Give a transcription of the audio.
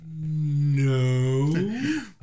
no